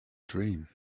dream